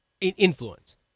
Influence